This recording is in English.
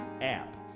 app